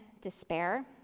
despair